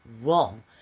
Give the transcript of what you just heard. wrong